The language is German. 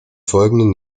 folgenden